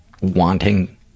wanting